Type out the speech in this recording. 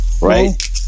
right